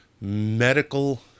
medical